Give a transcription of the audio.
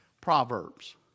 Proverbs